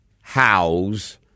house